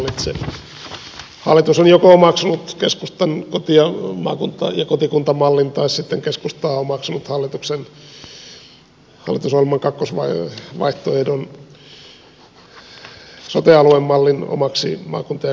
joko hallitus on omaksunut keskustan maakunta ja kotikuntamallin tai sitten keskusta on omaksunut hallitusohjelman kakkosvaihtoehdon sote aluemallin omaksi maakunta ja kotikuntamallikseen